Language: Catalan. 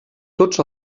tots